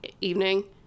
evening